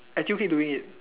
I still keep doing it